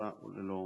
הכנסה וללא